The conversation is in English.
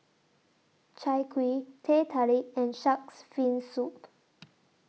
Chai Kuih Teh Tarik and Shark's Fin Soup